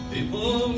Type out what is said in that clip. People